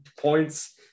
points